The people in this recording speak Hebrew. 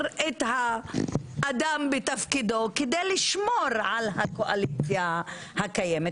את האדם בתפקידו כדי לשמור על הקואליציה הקיימת.